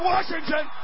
Washington